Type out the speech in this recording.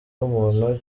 w’umuntu